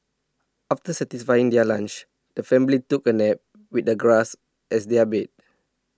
after satisfying their lunch the family took a nap with the grass as their bed